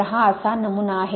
तर हा असा नमुना आहे